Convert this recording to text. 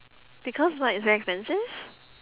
because what it's very expensive